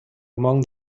among